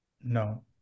no